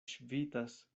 ŝvitas